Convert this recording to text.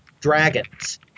dragons